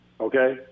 Okay